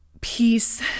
peace